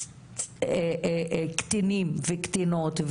הקטינים והקטינות,